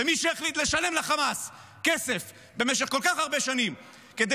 מי שהחליט לשלם לחמאס כסף במשך כל כך הרבה שנים כדי